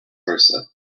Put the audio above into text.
versa